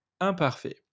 imparfait